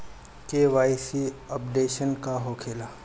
KYC updation का होखेला?